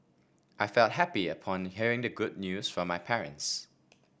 I felt happy upon hearing the good news from my parents